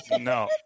no